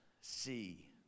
see